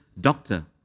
doctor